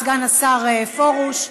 סגן השר פרוש.